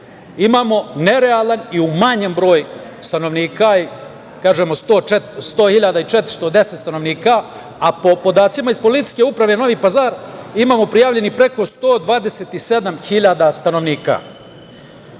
imamo nerealan i umanjen broj stanovnika. Kažem, 100.410 stanovnika, a po podacima iz PU Novi Pazar, imamo prijavljenih preko 127.000 stanovnika.